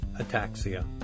ataxia